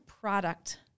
product